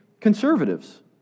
conservatives